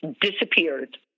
disappeared